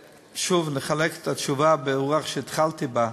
שוב, נחלק את התשובה ברוח שהתחלתי בה.